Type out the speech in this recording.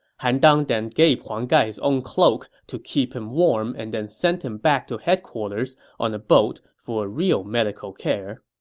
han dang then gave huang gai his own cloak to keep him warm and then sent him back to headquarters on a boat for real medical care